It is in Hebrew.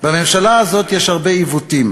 בממשלה הזאת יש הרבה עיוותים.